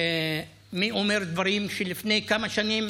מי אומר דברים שלפני כמה שנים